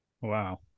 wow